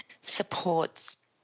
supports